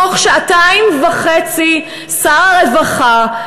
תוך שעתיים וחצי שר הרווחה,